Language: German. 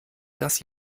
dass